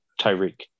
Tyreek